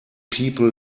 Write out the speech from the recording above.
people